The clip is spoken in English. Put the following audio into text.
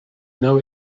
know